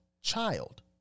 child